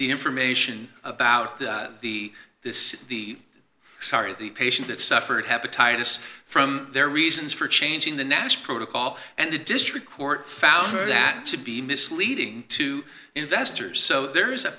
the information about the start of the patient that suffered hepatitis from their reasons for changing the nash protocol and the district court found that to be misleading to investors so there is a